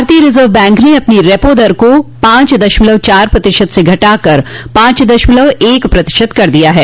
भारतीय reserve bank ने अपनी रेपो दर को पांच दशमलव चार प्रतिशत से घटाकर पांच दशमलव एक पांच प्रतिशत कर दिया है